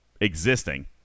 existing